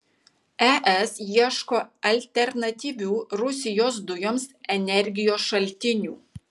es ieško alternatyvių rusijos dujoms energijos šaltinių